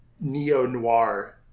neo-noir